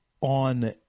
on